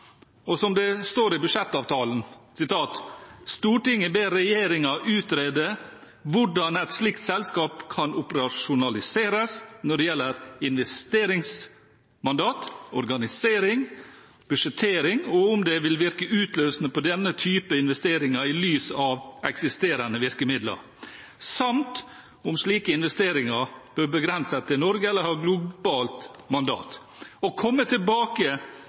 Som det står i budsjettavtalen: «Stortinget ber regjeringen utrede hvordan et slikt selskap kan operasjonaliseres når det gjelder investeringsmandat, organisering, budsjettering og om det vil virke utløsende på denne typen investeringer i lys av eksisterende virkemidler, samt om slike investeringer bør begrenses til Norge eller ha globalt mandat, og komme tilbake